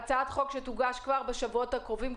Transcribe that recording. הצעת החוק תוגש כבר בשבועות הקרובים,